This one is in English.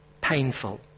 Painful